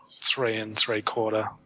three-and-three-quarter